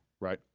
right